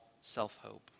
self-hope